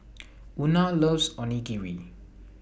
Una loves Onigiri